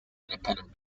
independent